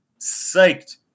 psyched